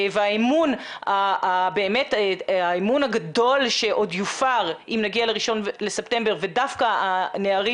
והאמון הגדול שעוד יופר אם נגיע ל-1 בספטמבר ודווקא הנערים